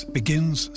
begins